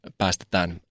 päästetään